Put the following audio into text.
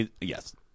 Yes